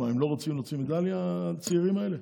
מה, הם לא רוצים להוציא מדליה, הצעירים האלה?